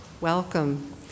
Welcome